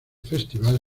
festival